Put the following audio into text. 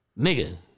nigga